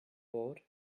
bored